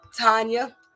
Tanya